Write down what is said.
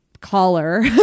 caller